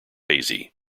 hazy